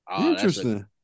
Interesting